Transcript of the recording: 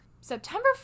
september